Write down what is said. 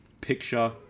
...picture